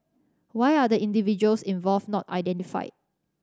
why are the individuals involved not identified